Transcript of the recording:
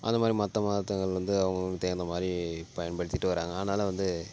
அது மாதிரி மற்ற மதத்துகள்ல வந்து அவங்கவுங்களுக்குத் தகுந்த மாதிரி பயன்படுத்திகிட்டு வர்றாங்க அதனால் வந்து